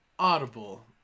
audible